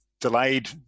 delayed